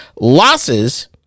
losses